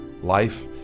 life